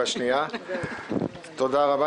תודה רבה.